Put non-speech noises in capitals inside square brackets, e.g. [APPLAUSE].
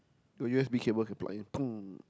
got U_S_B cable can plug in [NOISE]